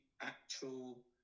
actual